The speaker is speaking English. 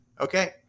Okay